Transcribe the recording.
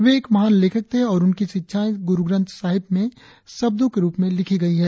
वे एक महान लेखक थे और उनकी शिक्षाएं गुरुग्रंथ साहिब में सबदों के रुप में लिखी गई हैं